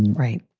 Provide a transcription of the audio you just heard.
right.